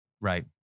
Right